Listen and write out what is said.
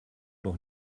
doch